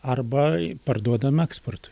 arba parduodam eksportui